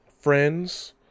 friends